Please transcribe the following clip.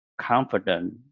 confident